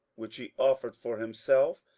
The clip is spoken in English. which he offered for himself,